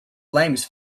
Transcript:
flames